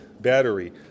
battery